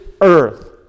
earth